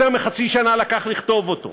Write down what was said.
יותר מחצי שנה לקח לכתוב אותו,